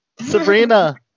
Sabrina